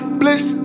bliss